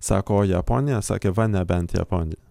sako o japonija sakė va nebent japonija